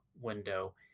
window